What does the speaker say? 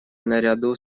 наряду